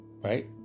right